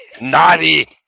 Naughty